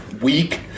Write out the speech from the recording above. weak